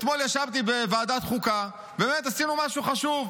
אתמול ישבתי בוועדת חוקה, ובאמת עשינו משהו חשוב: